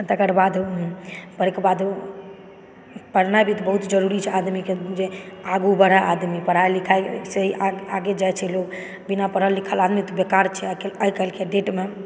तकरबाद पढ़ैके बादो पढ़नाइ भी बहुत जरूरी छै आदमीके लिए जे आगू बढ़ै आदमी पढ़ाइ लिखाइ से ही आगू जाइ छै लोक बिना पढ़ल लिखल आदमी तऽबेकार छै आइकाल्हि आइ काल्हिके डेटमे